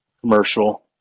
commercial